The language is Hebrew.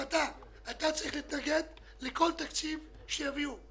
אתה צריך להתנגד לכל תקציב שיביאו.